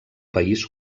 país